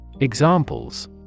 Examples